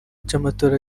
cy’amatora